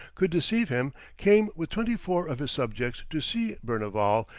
could deceive him, came with twenty-four of his subjects to see berneval,